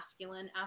masculine